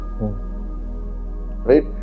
Right